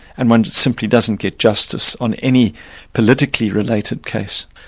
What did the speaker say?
and one simply doesn't get justice on any politically-related case.